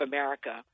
America